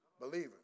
believer